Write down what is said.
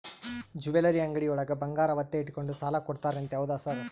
Jewellery ಅಂಗಡಿಯೊಳಗ ಬಂಗಾರ ಒತ್ತೆ ಇಟ್ಕೊಂಡು ಸಾಲ ಕೊಡ್ತಾರಂತೆ ಹೌದಾ ಸರ್?